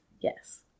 Yes